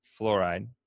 fluoride